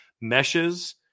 meshes